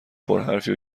پرحرفی